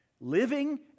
Living